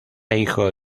hijo